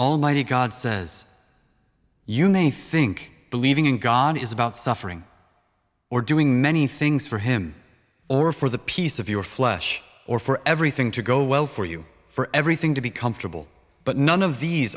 almighty god says you may think believing in god is about suffering or doing many things for him or for the peace of your flesh or for everything to go well for you for everything to be comfortable but none of these